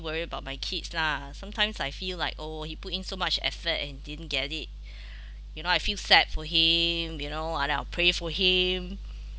worry about my kids lah sometimes I feel like oh he put in so much effort and didn't get it you know I feel sad for him you know and then I will pray for him